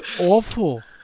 awful